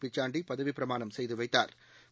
பிச்சாண்டி பதவிப்பிரமாணம் செய்து வைத்தாா்